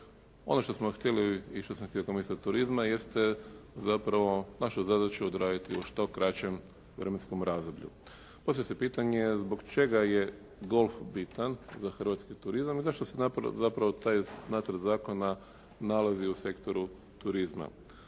Ono što smo htjeli i što sam htio kao ministar turizma jeste zapravo našu zadaću odraditi u što kraćem vremenskom razdoblju. Postavlja se pitanja zbog čega je golf bitan za hrvatski turizam i zašto se napravio zapravo taj nacrt zakona nalazi u sektoru turizma.